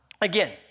again